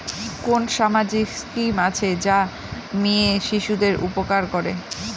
কোন সামাজিক স্কিম আছে যা মেয়ে শিশুদের উপকার করে?